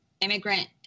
immigrant